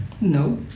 No